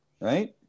right